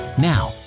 Now